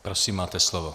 Prosím máte slovo.